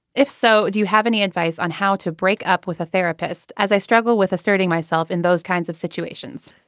if so do you have any advice on how to break up with a therapist as i struggle with asserting myself in those kinds of situations